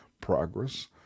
progress